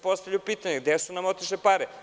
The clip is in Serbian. Postavlja se pitanje – gde su nam otišle pare?